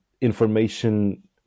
information